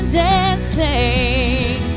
dancing